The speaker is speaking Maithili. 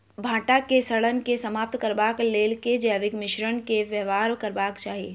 भंटा केँ सड़न केँ समाप्त करबाक लेल केँ जैविक मिश्रण केँ व्यवहार करबाक चाहि?